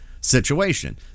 situation